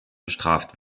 bestraft